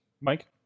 Mike